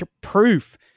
proof